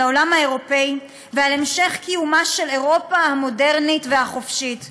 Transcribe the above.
על העולם האירופי ועל המשך קיומה של אירופה המודרנית והחופשית.